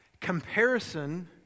Comparison